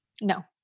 No